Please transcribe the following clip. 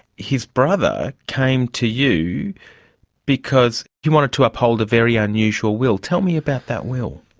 his brother came to you because he wanted to uphold a very unusual will. tell me about that will.